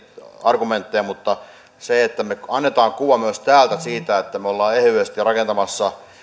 argumentteja mutta jotta me annamme kuvan myös täältä siitä että me olemme ehyesti rakentamassa